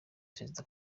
perezida